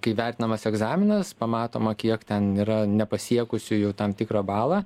kai vertinamas egzaminas pamatoma kiek ten yra nepasiekusiųjų tam tikro balą